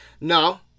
no